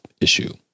issue